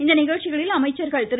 இந்நிகழ்ச்சிகளில் அமைச்சர்கள் திரு